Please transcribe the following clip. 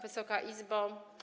Wysoka Izbo!